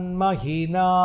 mahina